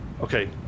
Okay